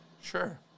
Sure